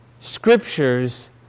scriptures